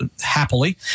happily